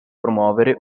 promuovere